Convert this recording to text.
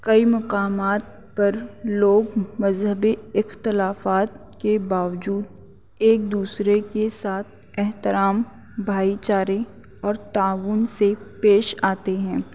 کئی مقامات پر لوگ مذہبی اختلافات کے باوجود ایک دوسرے کے ساتھ احترام بھائی چارے اور تعاون سے پیش آتے ہیں